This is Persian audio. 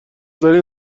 دارین